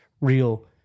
real